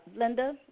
Linda